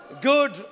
good